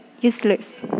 useless